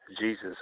Jesus